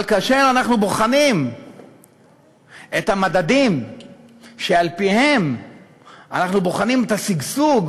אבל כאשר אנחנו בוחנים את המדדים שעל-פיהם אנחנו בוחנים את השגשוג,